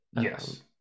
Yes